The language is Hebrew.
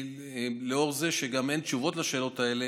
ולאור זה שאין תשובות על השאלות האלה,